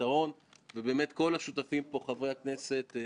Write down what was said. ולהוביל את המסקנות הללו בכנסת הבאה.